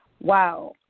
wow